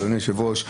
אדוני היושב-ראש,